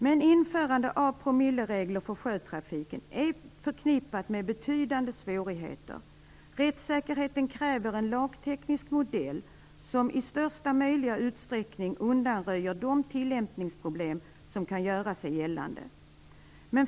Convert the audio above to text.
Men införandet av promilleregler för sjötrafiken är förknippat med betydande svårigheter. Rättssäkerheten kräver en lagteknisk modell, som i största möjliga utsträckning undanröjer de tillämpningsproblem som kan göra sig gällande.